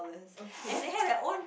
okay